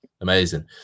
Amazing